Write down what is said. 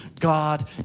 God